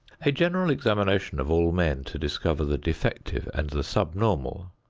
a general examination of all men to discover the defective and the sub-normal,